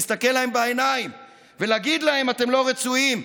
להסתכל להם בעיניים ולהגיד להם: אתם לא רצויים.